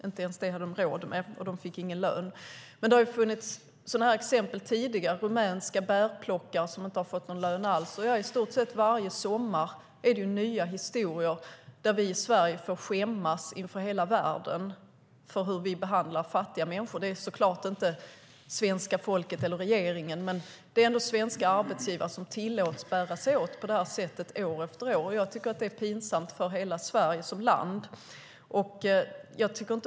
Inte ens det hade de råd med, och de fick ingen lön. Det har funnits liknande exempel tidigare; rumänska bärplockare som inte har fått någon lön alls. I stort sett varje sommar är det nya historier som gör att vi i Sverige får skämmas inför hela världen för hur vi behandlar fattiga människor. Det är så klart inte svenska folket eller regeringen, men det är ändå svenska arbetsgivare som tillåts att bära sig åt på det här sättet år efter år. Jag tycker att det är pinsamt för hela Sverige som land.